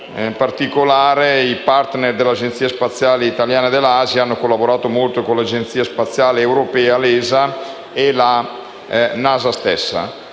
in particolare i *partner* dell'Agenzia spaziale italiana (ASI) hanno collaborato molto con l'Agenzia spaziale europea (ESA) e con la NASA stessa.